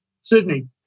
Sydney